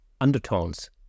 undertones